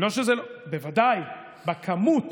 בוודאי, בכמות.